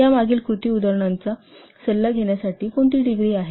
तर या मागील कृती उदाहरणांचा सल्ला घेण्यासाठी कोणती डिग्री आहे